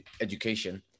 education